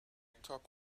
top